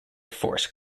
force